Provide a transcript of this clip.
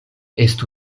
estu